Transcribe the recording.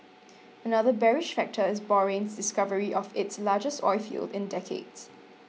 another bearish factor is Bahrain's discovery of its largest oilfield in decades